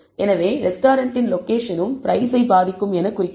எனவே ரெஸ்டாரன்ட்டின் லொகேஷனும் பிரைஸை பாதிக்கும் என குறிக்கிறது